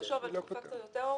תקופה קצת יותר ארוכה,